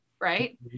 right